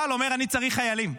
צה"ל אומר: אני צריך חיילים.